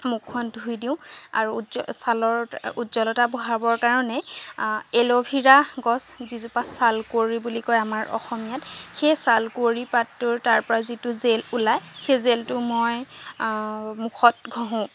মুখখন ধুই দিওঁ আৰু ছালৰ উজ্জ্বলতা বঢ়াবৰ কাৰণে এলোভেৰা গছ যিজোপা ছালকুঁৱৰী বুলি কয় আমাৰ অসমীয়াত সেই ছালকুঁৱৰী পাতটোৰ তাৰপৰা যিটো জেল ওলাই সেই জেলটো মই মুখত ঘঁহোঁ